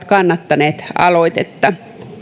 kannattaneet aloitetta